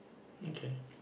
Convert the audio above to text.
okay